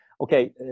Okay